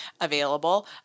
available